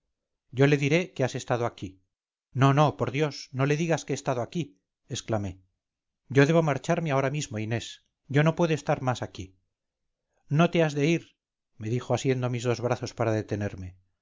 yo le diré que has estado aquí no no por dios no le digas que he estado aquí exclamé yo debo marcharme ahora mismo inés yo no puedo estar más aquí no te has de ir me dijo asiendo mis dos brazos para detenerme